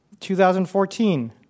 2014